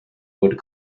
would